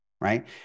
Right